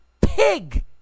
pig